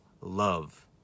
love